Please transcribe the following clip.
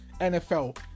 NFL